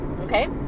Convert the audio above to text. okay